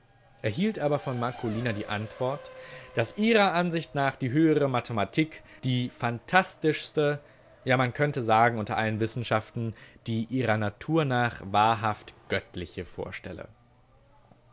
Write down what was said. erhielt aber von marcolina die antwort daß ihrer ansicht nach die höhere mathematik die phantastischeste ja man könnte sagen unter allen wissenschaften die ihrer natur nach wahrhaft göttliche vorstelle